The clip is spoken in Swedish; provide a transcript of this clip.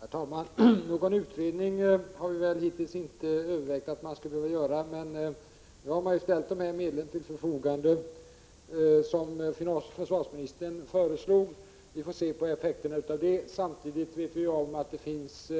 Herr talman! Någon utredning har vi hittills inte övervägt. De medel som försvarsministern föreslog har nu ställts till förfogande. Vi får avvakta effekterna av det. Samtidigt vet vi att det finns